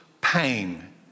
pain